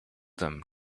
them